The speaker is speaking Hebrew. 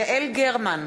יעל גרמן,